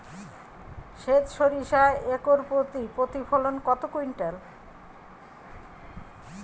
সেত সরিষা একর প্রতি প্রতিফলন কত কুইন্টাল?